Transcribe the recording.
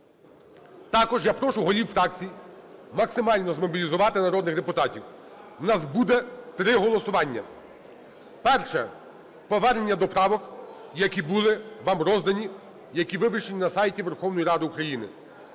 Також я прошу голів фракцій максимально змобілізувати народних депутатів. У нас буде три голосування. Перше – повернення до правок, які були вам роздані, які вивішені на сайті Верховної Ради України.